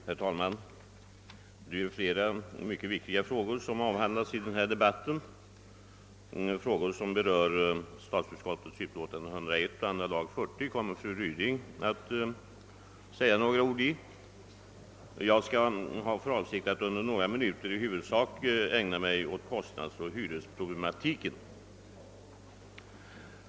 Herr talman! Flera mycket viktiga frågor behandlas i denna debatt. De frågor som berör statsutskottets utlåtande nr 101 och andra lagutskottets utlåtande nr 40 kommer fru Ryding att säga några ord om. Jag har för avsikt att under några minuter i huvud sak ägna mig åt kostnadsoch hyresproblematiken.